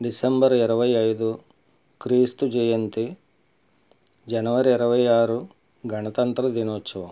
December ఇరవై ఐదు క్రీస్తు జయంతి జనవరి ఇరవై ఆరు గణతంత్ర దినోత్సవం